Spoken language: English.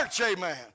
Amen